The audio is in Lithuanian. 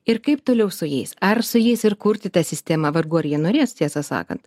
ir kaip toliau su jais ar su jais ir kurti tą sistemą vargu ar jie norės tiesą sakant